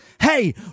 Hey